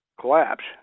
collapse